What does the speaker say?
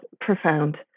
profound